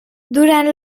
durant